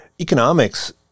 economics